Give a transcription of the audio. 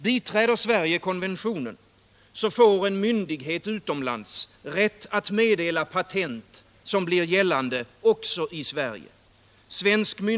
Biträder Sverige konventionen får en myndighet utomlands rätt att meddela patent som blir giltiga också i Sverige.